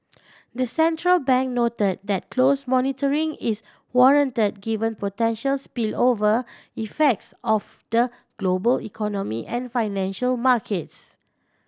the central bank note that close monitoring is warrant given potential spillover effects of the global economy and financial markets